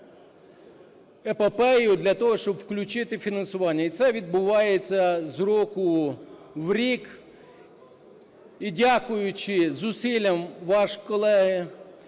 епопею для того, щоб включити фінансування, і це відбувається з року в рік. І дякуючи зусиллям ваших, колеги,